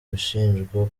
gushinjwa